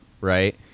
right